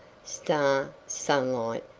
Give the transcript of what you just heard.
star, sunlight,